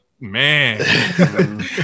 man